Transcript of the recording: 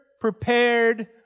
prepared